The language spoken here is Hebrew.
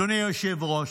אדוני היושב-ראש,